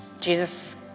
Jesus